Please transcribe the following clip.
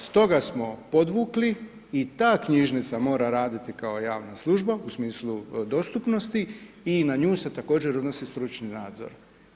Stoga smo podvukli i ta knjižnica mora raditi kao javna služba u smislu dostupnosti i na nju se također odnosi stručni nadzor.